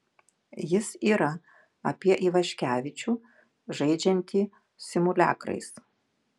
jis yra apie ivaškevičių žaidžiantį simuliakrais